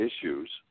issues